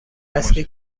اصلی